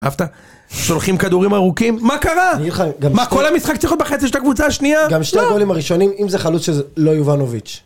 אהבת? שולחים כדורים ארוכים? מה קרה? מה כל המשחק צריכה להיות בחצי של הקבוצה השנייה? גם שני הגולים הראשונים, אם זה חלוץ שזה לא יובנוביץ'.